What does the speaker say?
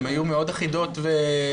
הן היו מאוד אחידות ומונוליטיות.